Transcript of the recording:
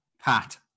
Pat